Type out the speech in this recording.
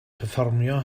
perfformio